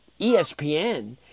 ESPN